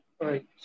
Right